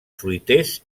fruiters